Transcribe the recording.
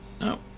No